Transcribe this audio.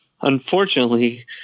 unfortunately